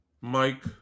Mike